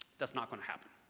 that's not going to happen,